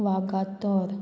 Vagator